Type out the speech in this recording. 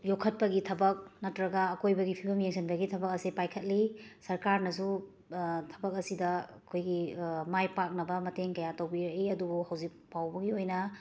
ꯌꯣꯛꯈꯠꯄꯒꯤ ꯊꯕꯛ ꯅꯠꯇ꯭ꯔꯒ ꯑꯀꯣꯏꯕꯒꯤ ꯐꯤꯕꯝ ꯌꯦꯡꯁꯤꯟꯕꯒꯤ ꯊꯕꯛ ꯑꯁꯦ ꯄꯥꯏꯈꯠꯂꯤ ꯁꯔꯀꯥꯔꯅꯁꯨ ꯊꯕꯛ ꯑꯁꯤꯗ ꯑꯩꯈꯣꯏꯒꯤ ꯃꯥꯏ ꯄꯥꯛꯅꯕ ꯃꯇꯦꯡ ꯀꯌꯥ ꯇꯧꯕꯤꯔꯛꯏ ꯑꯗꯨꯕꯨ ꯍꯧꯖꯤꯛ ꯐꯥꯎꯕꯒꯤ ꯑꯣꯏꯅ